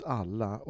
alla